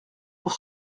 pour